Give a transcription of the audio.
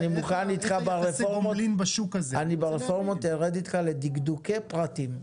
אני מוכן ברפורמות לרדת אתך לדקדוקי פרטים.